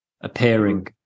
appearing